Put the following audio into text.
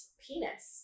penis